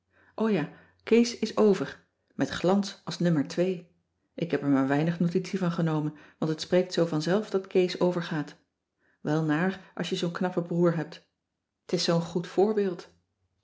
ja kees is over met glans als no k heb er maar weinig notitie van genomen want t spreekt zoo vanzelf dat kees overgaat wel naar als je zoo'n knappe broer hebt t is zoo'n goed voorbeeld